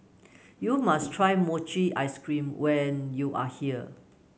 you must try Mochi Ice Cream when you are here